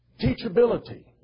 Teachability